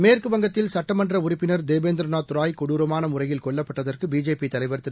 மேற்கு வங்கத்தில் சட்டமன்ற உறுப்பினர் தேபேந்திர நாத் ராய் கொடுரமான முறையில் கொல்லப்பட்டதற்கு பிஜேபி தலைவர் திரு